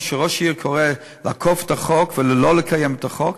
כשראש עיר קורא לעקוף את החוק ולא לקיים את החוק?